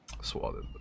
swatted